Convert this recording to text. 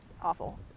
awful